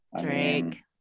Drake